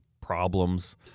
problems